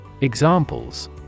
Examples